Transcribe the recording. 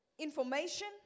information